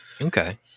Okay